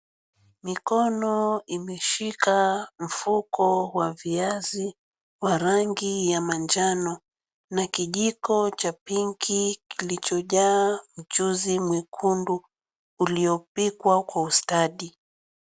Mikono imeshika mfuko wa viazi wa rangi ya manjano na kijiko cha pinki kilichojaa mchuuzi mwekundu uliopikwa kwa ustadi.